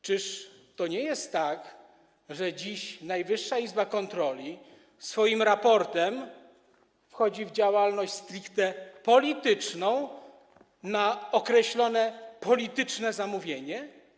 Czy to nie jest tak, że dziś Najwyższa Izba Kontroli swoim raportem wchodzi w działalność stricte polityczną na określone polityczne zamówienie?